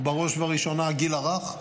ובראש ובראשונה הגיל הרך,